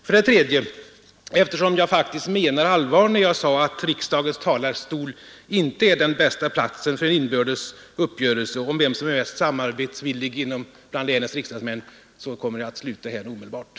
För det tredje vill jag säga att eftersom jag menar allvar med att riksdagens talarstol inte är den bästa platsen för inbördes uppgörelser om vem av länets riksdagsmän som är mest samarbetsvillig, så skall jag nu omedelbart sluta detta anförande.